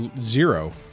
zero